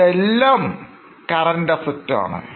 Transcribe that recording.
ഇതെല്ലാം Current Asset ആണ്